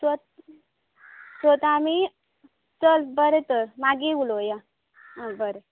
so सो आतां आमी चल बरें तर मागीर उलोवया आं बरें